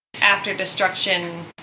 after-destruction